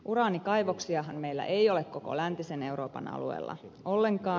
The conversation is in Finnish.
uraanikaivoksiahan meillä ei ole koko läntisen euroopan alueella ollenkaan